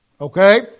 Okay